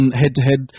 head-to-head